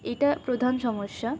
এটা প্রধান সমস্যা